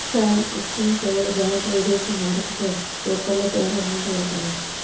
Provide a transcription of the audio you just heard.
foreign exchange సేవలు బ్యాంకులు, విదేశీ మారకపు బ్రోకర్ల ద్వారా అందించబడతాయి